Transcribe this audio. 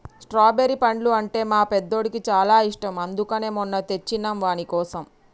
strawberry పండ్లు అంటే మా పెద్దోడికి చాలా ఇష్టం అందుకనే మొన్న తెచ్చినం వానికోసం